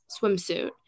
swimsuit